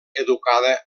educada